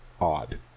odd